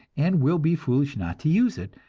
and will be foolish not to use it,